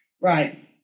Right